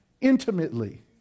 intimately